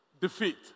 defeat